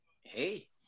Hey